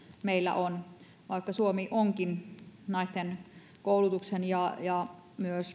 meillä on vaikka suomi onkin naisten koulutuksen ja ja